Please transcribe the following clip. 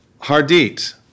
Hardit